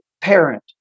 parent